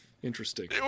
Interesting